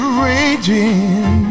raging